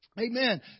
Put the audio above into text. Amen